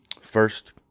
first